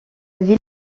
ville